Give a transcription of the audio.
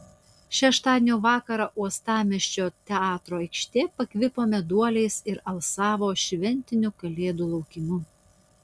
šeštadienio vakarą uostamiesčio teatro aikštė pakvipo meduoliais ir alsavo šventiniu kalėdų laukimu